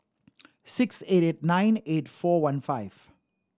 six eight eight nine eight four one five